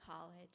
college